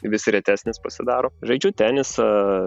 vis retesnis pasidaro žaidžiu tenisą